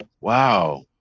Wow